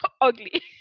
ugly